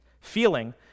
feeling